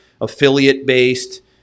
affiliate-based